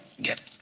Get